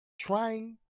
trying